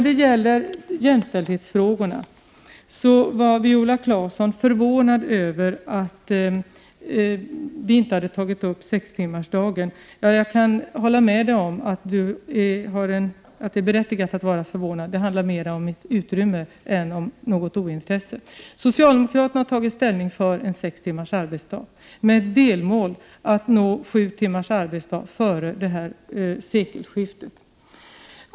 Beträffande jämställdhetsfrågorna var Viola Claesson förvånad över att vi inte hade tagit upp sextimmarsdagen. Jag kan hålla med om att det är berättigat att vara förvånad, men det handlar mer om ett begränsat utrymme än om något ointresse. Socialdemokraterna har tagit ställning för sex timmars arbetsdag, med delmålet att nå sju timmars arbetsdag före sekelskiftet.